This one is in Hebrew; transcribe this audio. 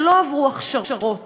שלא עברו הכשרות